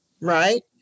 right